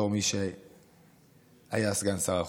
בתור מי שהיה סגן שר החוץ.